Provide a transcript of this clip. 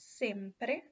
sempre